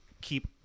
keep